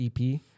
EP